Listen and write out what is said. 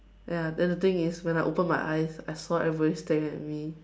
ya then the thing is when I open my eyes I saw everybody staring at me